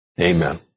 Amen